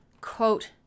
quote